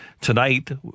Tonight